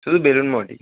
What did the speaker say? শুধু বেলুড় মঠই